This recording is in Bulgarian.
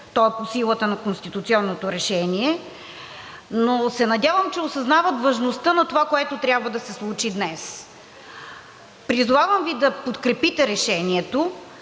то е по силата на конституционното решение, но се надявам, че осъзнават важността на това, което трябва да се случи днес. Призовавам Ви да подкрепите Решението,